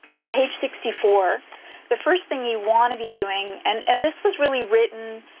on page sixty four the first thing you want to be doing and and this was really written,